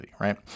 right